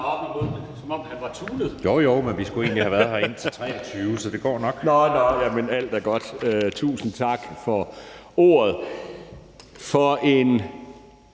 (Jeppe Søe): Jo jo, men vi skulle egentlig have været her indtil kl. 23, så det går nok). Alt er godt. Tusind tak for ordet. For en